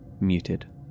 muted